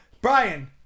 Brian